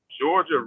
Georgia